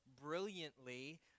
brilliantly